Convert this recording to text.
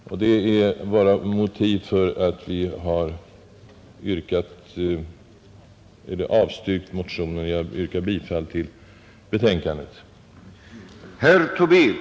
Detta är, herr talman, våra motiv för att avstyrka motionen. Jag yrkar bifall till utskottets hemställan.